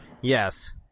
Yes